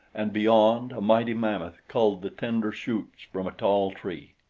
and beyond, a mighty mammoth culled the tender shoots from a tall tree.